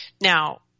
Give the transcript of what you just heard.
Now